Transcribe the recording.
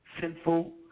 sinful